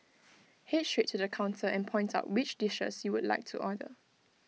Head straight to the counter and point out which dishes you would like to order